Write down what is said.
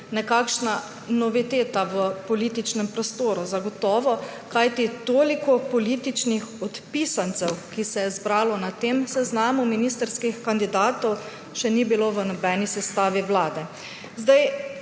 nekakšna noviteta v političnem prostoru, zagotovo. Kajti toliko političnih odpisancev, kot se je zbralo na tem seznamu ministrskih kandidatov, še ni bilo v nobeni sestavi vlade.